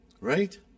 right